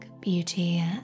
beauty